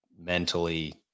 mentally